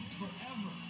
forever